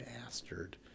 bastard